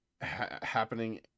happening